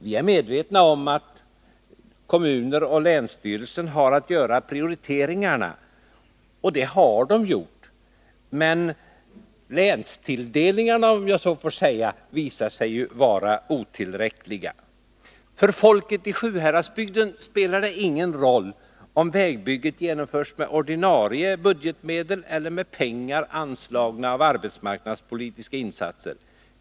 Vi är medvetna om att kommuner och länsstyrelse har att göra prioriteringarna. Och det har de gjort. Men länstilldelningen visar sig vara otillräcklig. För folket i Sjuhäradsbygden spelar det ingen roll om vägbygget genomförs med ordinarie budgetmedel eller med pengar anslagna för arbetsmarknadspolitiska insatser.